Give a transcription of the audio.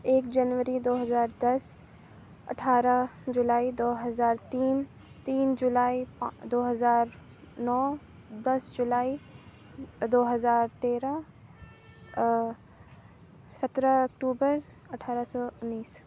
ایک جنوری دو ہزار دس اٹھارہ جولائی دو ہزار تین تین جولائی پا دو ہزار نو دس جولائی دو ہزار تیرہ سترہ اکتوبر اٹھارہ سو اُنیس